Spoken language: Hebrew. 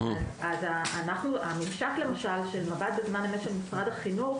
אז הממשק של מב"ד בזמן אמת של משרד החינוך,